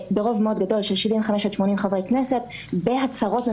של חוקים בבית המשפט העליון ואת סדרי הדין לכך ולהשיג ביטחון הרבה יותר